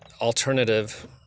alternative